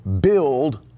build